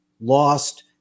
lost